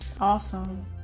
awesome